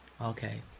okay